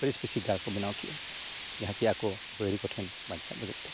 ᱯᱟᱹᱨᱥᱤ ᱯᱟᱹᱨᱥᱤ ᱜᱟᱲ ᱠᱚ ᱵᱮᱱᱟᱣ ᱠᱮᱜᱼᱟ ᱡᱟᱦᱟᱸ ᱪᱮ ᱟᱠᱚ ᱵᱟᱹᱭᱨᱤ ᱠᱚᱴᱷᱮᱱ ᱵᱟᱧᱪᱟᱜ ᱞᱟᱹᱜᱤᱫ ᱛᱮ